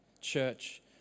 Church